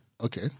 Okay